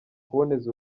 kuboneza